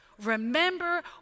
Remember